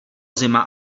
zima